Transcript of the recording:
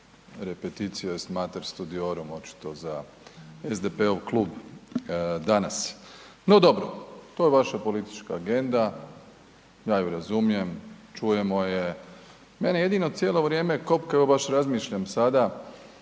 repetitio est mater studiorum, očito za SDP-ov klub danas. No dobro, to je vaša politička agenda, ja ju razumijem, čujemo je. Mene jedino cijelo vrijeme kopkaju, baš razmišljam sada,